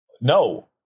No